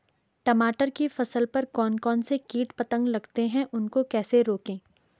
टमाटर की फसल पर कौन कौन से कीट पतंग लगते हैं उनको कैसे रोकें?